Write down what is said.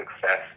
success